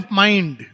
mind